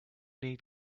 need